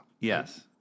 Yes